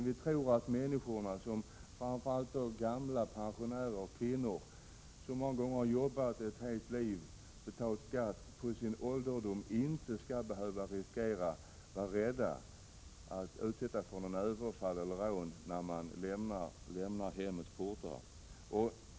Vi tycker att människor, framför allt pensionärer och kvinnor, som många gånger har jobbat ett helt liv och betalat skatt, på sin ålderdom inte skall behöva riskera att utsättas för överfall eller rån när de lämnar hemmets portar.